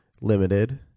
limited